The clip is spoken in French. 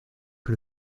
que